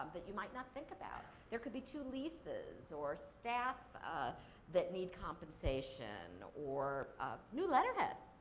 that you might not thing about. there could be two leases or staff that need compensation or new letterhead.